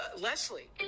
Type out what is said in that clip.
Leslie